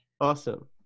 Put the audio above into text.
Awesome